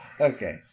Okay